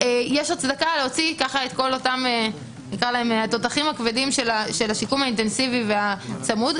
יש הצדקה להוציא את כל התותחים הכבדים של השיקום האינטנסיבי והצמוד,